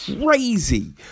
Crazy